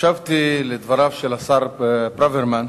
הקשבתי לדבריו של השר ברוורמן,